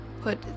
put